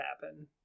happen